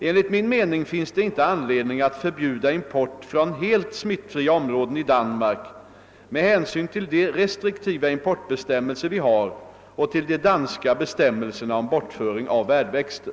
Enligt min mening finns det inte anledning att förbjuda import från helt smittfria områden i Danmark med hänsyn till de restriktiva importbestämmelser vi har och till de danska bestämmelserna om bortföring av värdväxter.